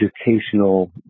educational